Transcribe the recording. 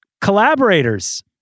Collaborators